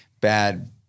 bad